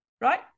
right